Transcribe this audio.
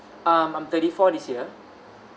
um I'm thirty four this year